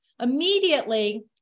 Immediately